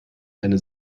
eine